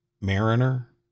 Mariner